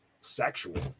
sexual